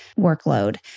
workload